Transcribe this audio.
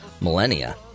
millennia